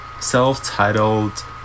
self-titled